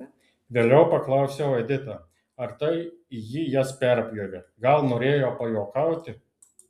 vėliau paklausiau editą ar tai ji jas perpjovė gal norėjo pajuokauti